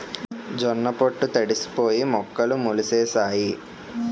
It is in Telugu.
జొన్న పొట్లు తడిసిపోయి మొక్కలు మొలిసేసాయి